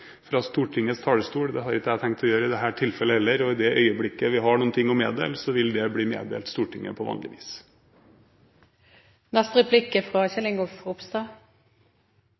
fra Stortingets talerstol. Det har ikke jeg tenkt å gjøre i dette tilfellet heller. I det øyeblikk vi har noe å meddele, vil det bli meddelt Stortinget på vanlig